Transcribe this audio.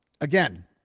again